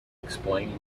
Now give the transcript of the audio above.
explained